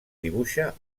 dibuixa